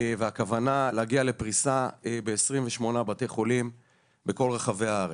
והכוונה להגיע לפריסה ב-28 בתי חולים בכל רחבי הארץ.